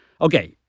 Okay